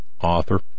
author